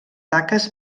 taques